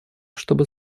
чтобы